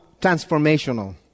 transformational